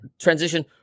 transition